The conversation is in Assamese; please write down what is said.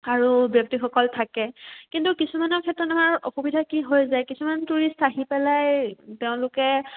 আৰু ব্যক্তিসকল থাকে কিন্তু কিছুমানৰ ক্ষেত্ৰত অসুবিধা কি হৈ যায় কিছুমান টুৰিষ্ট আহি পেলাই তেওঁলোকে